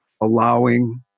allowing